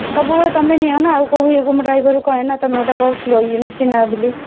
ସବୁବେଳେ ତୁମେ ନିଅନା ଆଉ ଇଏକୁ ଡ୍ରାଇଭର୍କୁ କୁହେନା ତୁମେ ଗୋଟେ ବହୁତ ଇଏ ଚିହ୍ନା ବୋଲି